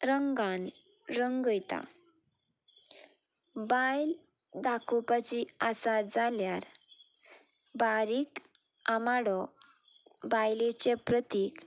रंगान रंगयता बायल दाखोवपाची आसा जाल्यार बारीक आमाडो बायलेचें प्रतीक